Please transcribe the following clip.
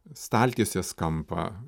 staltiesės kampą